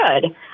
good